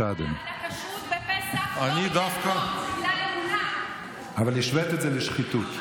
אנחנו אוהבים את המסורת פה, בלב, לא בזכות חקיקה.